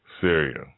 Syria